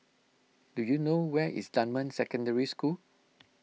do you know where is Dunman Secondary School